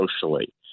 socially